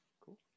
Cool